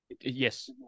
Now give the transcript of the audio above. Yes